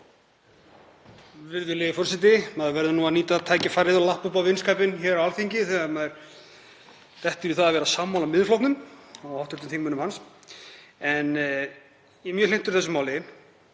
Virðulegi forseti. Maður verður nú að nýta tækifærið og lappa upp á vinskapinn hér á Alþingi þegar maður dettur í það að vera sammála Miðflokknum og hv. þingmönnum hans. Ég er mjög hlynntur þessu máli.